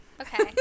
okay